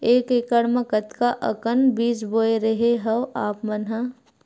एक एकड़ म कतका अकन बीज बोए रेहे हँव आप मन ह?